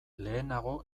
lehenago